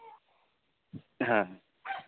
ᱦᱮᱸ